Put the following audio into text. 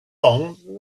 long